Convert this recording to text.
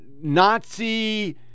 Nazi